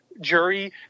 jury